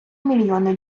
мільйони